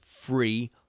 free